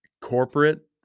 corporate